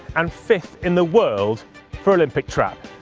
and fifth in the world for olympic trap.